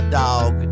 dog